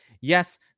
Yes